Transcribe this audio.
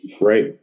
Right